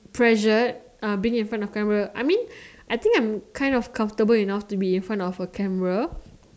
pressured uh being in front of the camera I mean I think I'm kind of comfortable enough to be in front of the camera